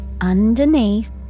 underneath